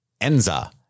Enza